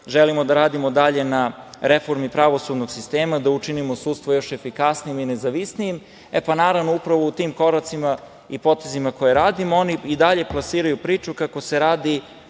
želimo da radimo dalje na reformi pravosudnog sistema, da učinimo sudstvo još efikasnijim i nezavisnijim. E, pa naravno, upravo u tim koracima i potezima koje radimo, oni i dalje plasiraju priču kako se radi